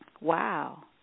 Wow